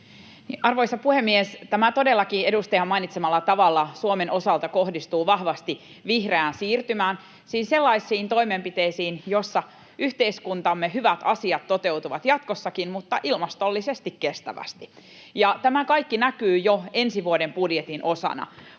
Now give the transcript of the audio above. Arvoisa puhemies! Tämä todellakin edustajan mainitsemalla tavalla Suomen osalta kohdistuu vahvasti vihreään siirtymään, siis sellaisiin toimenpiteisiin, joilla yhteiskuntamme hyvät asiat toteutuvat jatkossakin mutta ilmastollisesti kestävästi. Tämä kaikki näkyy jo ensi vuoden budjetin osana.